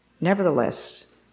nevertheless